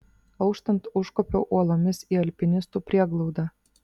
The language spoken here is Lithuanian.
auštant užkopiau uolomis į alpinistų prieglaudą